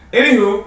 Anywho